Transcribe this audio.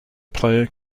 player